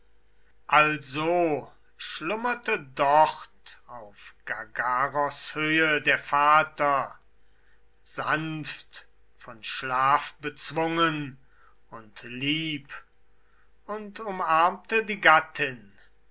also schlummerte dort auf gargaros höhe der vater sanft von schlaf bezwungen und lieb und umarmte die gattin